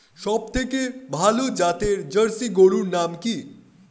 সবথেকে ভালো জাতের জার্সি গরুর নাম কি?